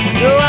no